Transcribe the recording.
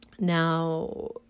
Now